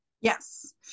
Yes